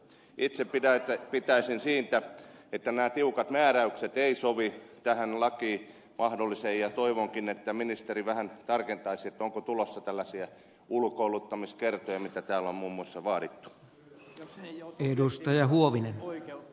itse ajattelisin että nämä tiukat määräykset eivät sovi tähän mahdolliseen lakiin ja toivonkin että ministeri vähän tarkentaisi onko tulossa tällaisia ulkoiluttamiskertoja joita täällä on muun muassa vaadittu